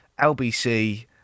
LBC